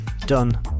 done